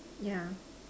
yeah